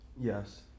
Yes